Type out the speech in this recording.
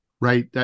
Right